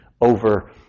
over